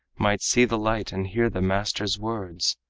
might see the light and hear the master's words!